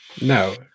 no